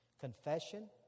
Confession